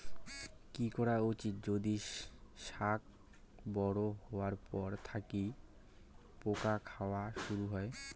কি করা উচিৎ যদি শাক বড়ো হবার পর থাকি পোকা খাওয়া শুরু হয়?